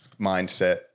mindset